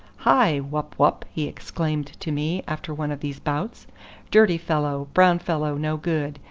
hi wup wup! he exclaimed to me after one of these bouts dirty fellow, brown fellow no good.